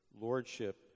Lordship